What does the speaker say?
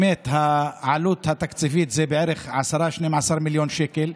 העלות התקציבית היא בערך 10, 12 מיליון שקל.